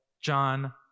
John